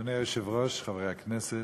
אדוני היושב-ראש, חברי הכנסת,